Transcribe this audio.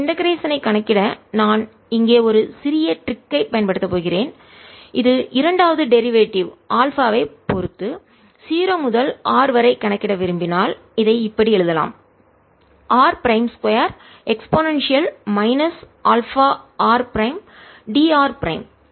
இந்த இண்டெகரேஷன் ஐ கணக்கிட நான் இங்கே ஒரு சிறிய ட்ரிக் ஐ தந்திரத்தைப் பயன்படுத்தப் போகிறேன் இது இரண்டாவது டெரிவேட்டிவ் ஆல்பா ஐ பொறுத்து 0 முதல் r வரை கணக்கிட விரும்பினால் இதை இப்படி எழுதலாம் r prime 2 e αr d r prime